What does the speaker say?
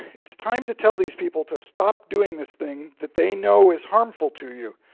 it's time to tell these people to stop doing this thing that they know is harmful to you.